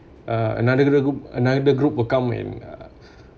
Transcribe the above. uh another other group another group will come and